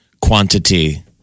quantity